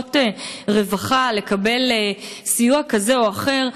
ללשכות רווחה לקבל סיוע כזה או אחר,